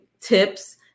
tips